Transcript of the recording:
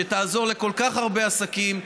שתעזור לכל כך הרבה עסקים,